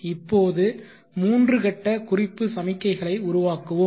இப்போது மூன்று கட்ட குறிப்பு சமிக்ஞைகளை உருவாக்குவோம்